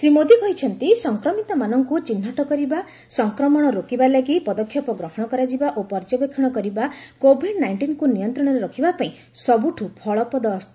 ଶ୍ରୀ ମୋଦୀ କହିଛନ୍ତି ସଂକ୍ରମିତମାନଙ୍କୁ ଚିହ୍ନଟ କରିବା ସଂକ୍ରମଣ ରୋକିବା ଲାଗି ପଦକ୍ଷେପ ଗ୍ରହଣ କରାଯିବା ଓ ପର୍ଯ୍ୟବେକ୍ଷଣ କରିବା କୋଭିଡ୍ ନାଇଷ୍ଟିନ୍କୁ ନିୟନ୍ତ୍ରଣରେ ରଖିବା ପାଇଁ ସବୁଠୁ ଫଳପ୍ରଦ ଅସ୍ତ